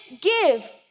give